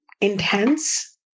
intense